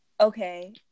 Okay